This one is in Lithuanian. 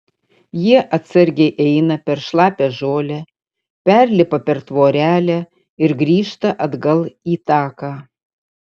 jie atsargiai eina per šlapią žolę perlipa per tvorelę ir grįžta atgal į taką